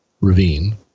ravine